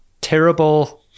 terrible